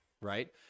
right